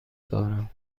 دارم